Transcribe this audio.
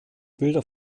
bilder